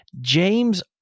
James